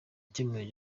icyemezo